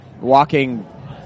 walking